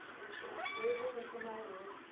which was very different from my world.